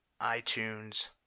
itunes